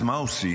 אז מה עושים?